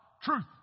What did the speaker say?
Truth